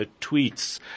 tweets